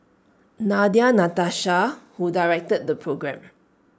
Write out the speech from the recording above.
Nadia Natasha who directed the programme